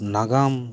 ᱱᱟᱜᱟᱢ